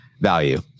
value